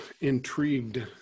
intrigued